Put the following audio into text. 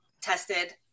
tested